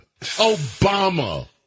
Obama